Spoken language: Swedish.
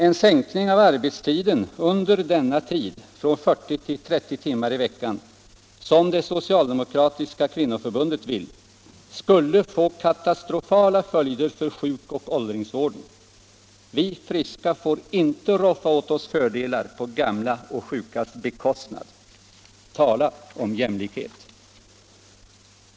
En sänkning av arbetstiden under denna tid från 40 till 30 timmar i veckan, som det socialdemokratiska kvinnoförbundet vill, skulle få katastrofala följder för sjukvård och åldringsvård. Vi friska får inte roffa åt oss fördelar på gamlas och sjukas bekostnad. Tala om jämlikhet!